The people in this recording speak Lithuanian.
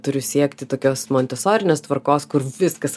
turiu siekti tokios montesorinės tvarkos kur viskas